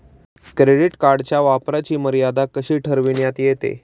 Credit कार्डच्या वापराची मर्यादा कशी ठरविण्यात येते?